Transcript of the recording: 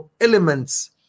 elements